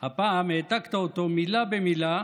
הפעם העתקת אותו מילה במילה